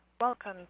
Welcome